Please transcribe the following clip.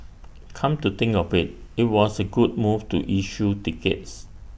come to think of IT it was A good move to issue tickets